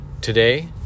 today